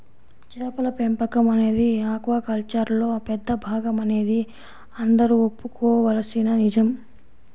చేపల పెంపకం అనేది ఆక్వాకల్చర్లో పెద్ద భాగమనేది అందరూ ఒప్పుకోవలసిన నిజం